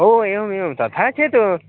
ओ एवम् एवम् तथा चेत्